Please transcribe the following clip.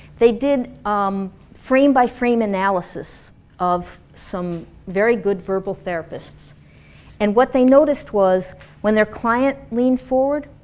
they did um frame by frame analysis of some very good verbal therapists and what they noticed was when their client leaned forward,